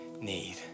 need